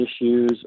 issues